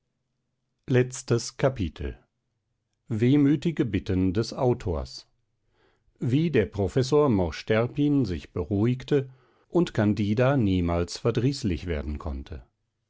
letztes kapitel wehmütige bitten das autors wie der professor mosch terpin sich beruhigte und candida niemals verdrießlich werden konnte